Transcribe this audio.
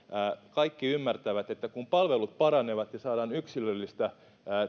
kaikki ymmärtävät että kun palvelut paranevat ja saadaan yksilöllistä